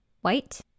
white